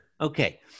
Okay